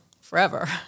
forever